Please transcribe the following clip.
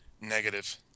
negative